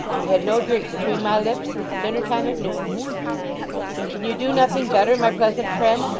and had no drink between my lips since dinner-time at noon and can you do nothing better, my pleasant friend,